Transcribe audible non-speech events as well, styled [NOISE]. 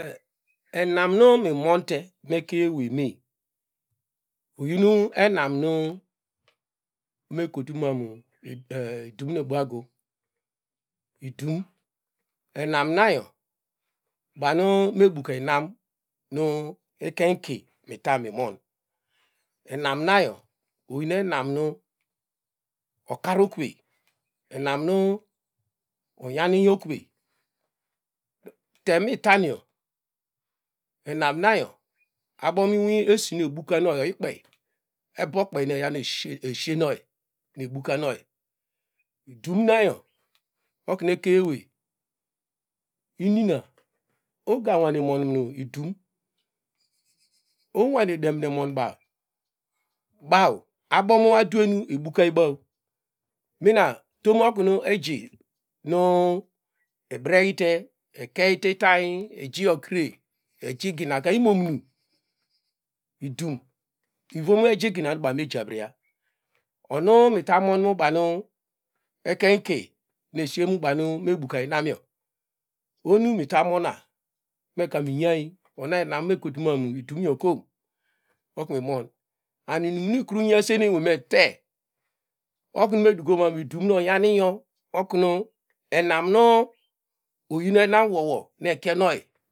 E- h enam nu mumonte mekem everye me oyi enam nu mekotunan idu [HESITATION] idu miuibagi i dum enaneya bom mebuka inam nu ikein iki niutan minon enamayo oyiri enanu okaresting enam nu onyaninjo okirey temi tanio enamyo abomu esinu ebukanyo oyikpey ebuo kpey eyanog eshien eshienoy nesuka noyi idumnango okonu ekeinerey inina uganwane momnu idum unwane demine ononba baw abomu adue nu ebukabaw nina utimo okin eji nu nu ebreyte ekeny itany ejikre eji ginaka imomumu idim ivom eji gina mejarriya onu meta mon bamu ekeiny iki mesttrie nu baru mebuka inamyo oho mu irritanona meka miyan ona enanne kotumamu idumgo kom oknu mimon and inunilnyaisen inuine me te okrun medukoman idum nq oryani enam nu oyin enam wowo na ekenow